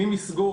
ממסגור,